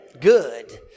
good